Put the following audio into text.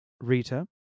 Rita